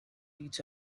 each